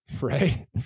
right